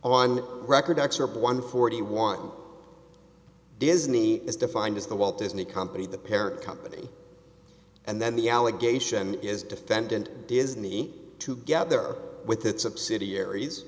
on record excerpt one forty one disney is defined as the walt disney company the parent company and then the allegation is defendant disney to gather with its subsidiaries